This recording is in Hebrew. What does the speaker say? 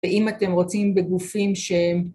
ואם אתם רוצים בגופים שהם...